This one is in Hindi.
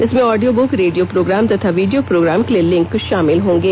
इसमें ऑडियो बूक रेडियो प्रोग्राम तथा वीडियो प्रोग्राम के लिए लिंक शामिल होंगे